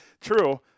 True